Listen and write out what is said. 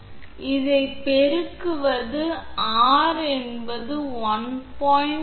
எனவே இதை பெருக்குவது R என்பது 1